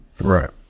right